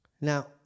now